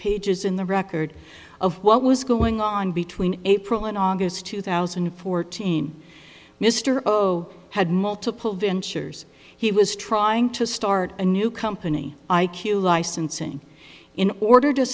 pages in the record of what was going on between april and august two thousand and fourteen mr had multiple ventures he was trying to start a new company i q licensing in order to